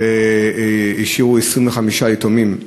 ו-25 יתומים.